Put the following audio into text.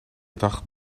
dag